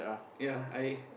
ya I